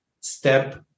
step